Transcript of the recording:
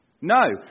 No